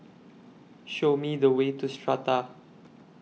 Show Me The Way to Strata